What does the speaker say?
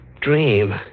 dream